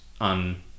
on